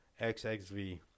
XXV